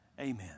amen